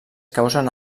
causen